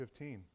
15